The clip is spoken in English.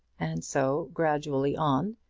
and so, gradually on,